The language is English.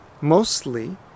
mostly